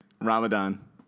Ramadan